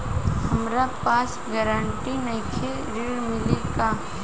हमरा पास ग्रांटर नईखे ऋण मिली का?